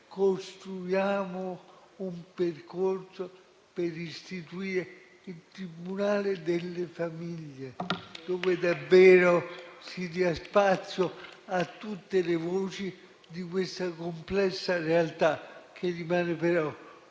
costruiamo un percorso per istituire il tribunale delle famiglie, dove davvero si dia spazio a tutte le voci di questa complessa realtà che rimane, però,